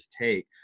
take